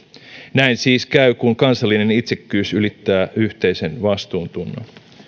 näin siis käy kun kansallinen itsekkyys ylittää yhteisen vastuuntunnon